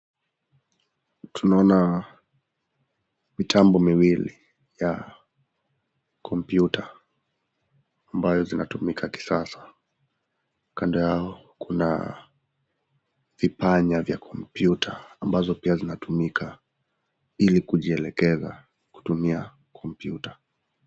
Tunaona mitambo miwili ya kompyuta ambayo zinatumika kisasa. Kando yao kuna vipanya vya kompyuta ambazo pia zinatumika ili kujielekeza kutumia kompyuta.